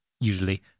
usually